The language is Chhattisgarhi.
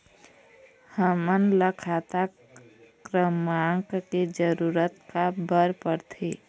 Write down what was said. हमन ला खाता क्रमांक के जरूरत का बर पड़थे?